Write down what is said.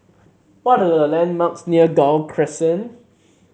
what are the landmarks near Gul Crescent